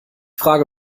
frage